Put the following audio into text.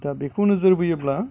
दा बेखौ नोजोरबोयोब्ला